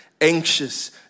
anxious